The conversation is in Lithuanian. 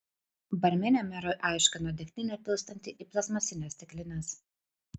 barmenė merui aiškino degtinę pilstanti į plastmasines stiklines